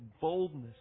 boldness